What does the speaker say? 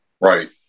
Right